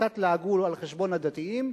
קצת לעגו על חשבון הדתיים,